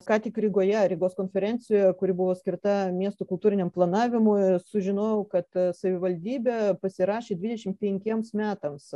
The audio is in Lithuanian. ką tik rygoje rygos konferencijoje kuri buvo skirta miesto kultūriniam planavimui sužinojau kad savivaldybė pasirašė dvidešimt penkiems metams